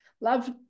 Love